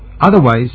Otherwise